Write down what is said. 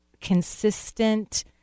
consistent